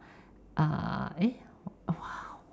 uh eh